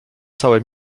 całe